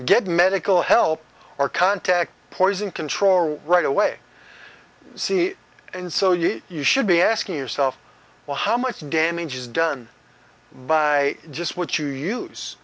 get medical help or contact poison control right away see and so you you should be asking yourself well how much damage is done by just what you use